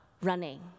running